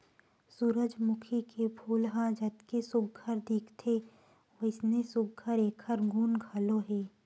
सूरजमूखी के फूल ह जतके सुग्घर दिखथे वइसने सुघ्घर एखर गुन घलो हे